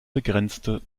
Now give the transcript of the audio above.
begrenzte